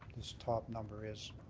top number is.